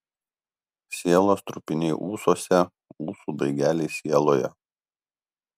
sielos trupiniai ūsuose ūsų daigeliai sieloje